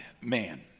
man